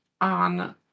on